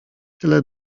tyle